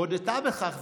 הודתה בכך ואמרה: